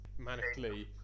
manically